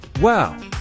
Wow